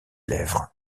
lèvres